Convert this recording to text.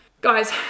guys